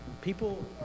people